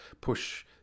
push